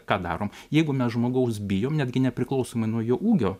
ką darom jeigu mes žmogaus bijom netgi nepriklausomai nuo jo ūgio